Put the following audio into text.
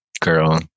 girl